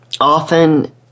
Often